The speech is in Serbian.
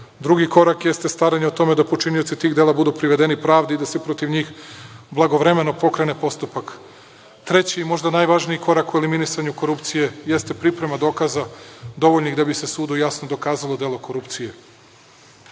Drugi korak jeste staranje o tome da počinioci tih dela budu privedeni pravdi i da se protiv njih blagovremeno pokrene postupak. Treći i možda najvažniji korak u eliminisanju korupcije jeste priprema dokaza dovoljnih da bi se sudu jasno dokazalo delo korupcije. Srbija